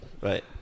Right